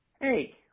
Hey